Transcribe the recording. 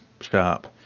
Sharp